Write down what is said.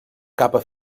capa